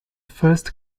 first